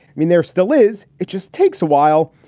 mean, there still is. it just takes a while.